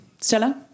Stella